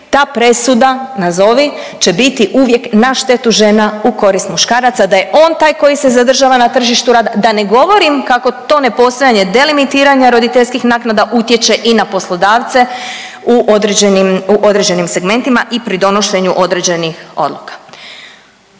ta presuda nazovi, će biti uvijek na štetu žena u korist muškaraca, da je on taj koji se zadržava na tržištu rada, da ne govorim kako to ne postojanje delimitiranja roditeljskih naknada utječe i na poslodavce u određenim segmentima i pri donošenju određenih odluka.